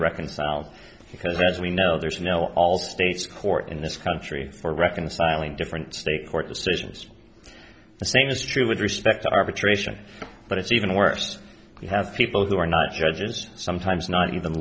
reconciled because as we know there are no all states court in this country for reconciling different state court decisions the same is true with respect to arbitration but it's even worse we have people who are not judges sometimes not even